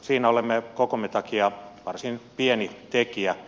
siinä olemme kokomme takia varsin pieni tekijä